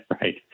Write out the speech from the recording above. Right